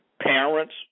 parents